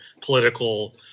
political